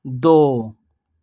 دو